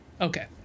Okay